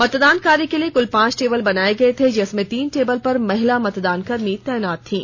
मतदान कार्य के लिए कुल पांच टेबल बनाए गए थे जिसमें तीन टेबल पर महिला मतदान कर्मी तैनात थीं